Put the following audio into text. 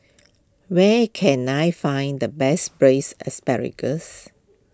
where can I find the best Braised Asparagus